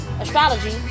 astrology